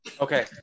Okay